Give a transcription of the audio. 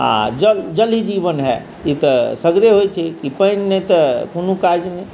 आओर जल ही जीवन है ई तऽ सगरे होइ छै की पानि नहि तऽ कोनो काज नहि